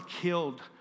killed